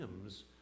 hymns